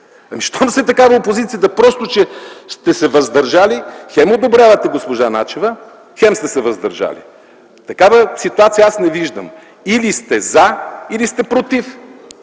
Щом сте такава опозиция, че просто сте се въздържали, хем одобрявате госпожа Начева, хем сте се въздържали?! Такава ситуация аз не виждам. Или сте „за”, или сте „против”.